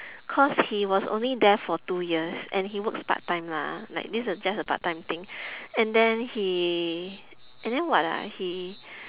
cause he was only there for two years and he works part time lah like this a just a part time thing and then he and then what ah he